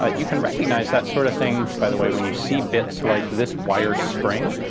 ah you can recognize that sort of thing, by the way, when you see bits like this wire spring.